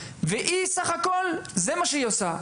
וסך הכול זה מה שהיא עושה.